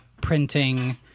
printing